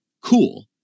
Cool